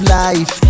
life